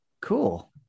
Cool